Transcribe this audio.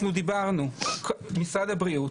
אנחנו דיברנו עם משרד הבריאות,